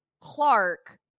Clark